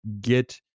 get